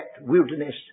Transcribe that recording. wilderness